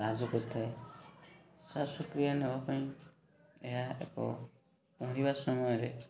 ସାହାଯ୍ୟ କରିଥାଏ ଶ୍ୱାସକ୍ରିୟା ନେବା ପାଇଁ ଏହା ଏକ ପହଁରିବା ସମୟରେ